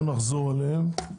לא נחזור עליהם,